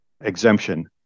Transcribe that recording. exemption